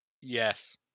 Yes